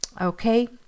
Okay